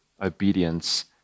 obedience